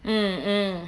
mm mm